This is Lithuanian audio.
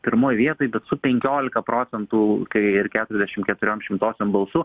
pirmoj vietoj bet su penkiolika procentų kai ir keturiasdešim keturiom šimtosiom balsų